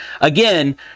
Again